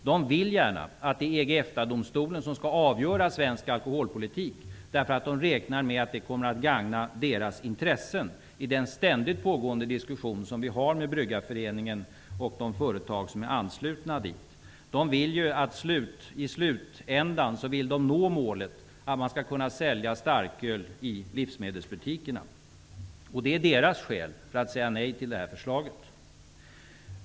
De vill gärna att EG/EFTA-domstolen skall avgöra svensk alkoholpolitik, därför att de räknar med att det kommer att gagna deras intressen, i den ständigt pågående diskussion som vi för med Bryggareföreningen och de företag som är anslutna dit. De vill i slutändan nå målet att kunna sälja starköl i livsmedelsbutikerna. Det är deras skäl för att säga nej till förslaget.